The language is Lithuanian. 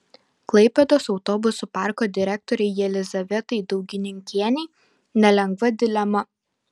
klaipėdos autobusų parko direktorei jelizavetai daugininkienei nelengva dilema